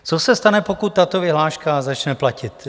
Co se stane, pokud tato vyhláška začne platit?